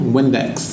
Windex